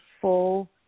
full